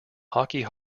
hockey